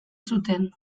zuten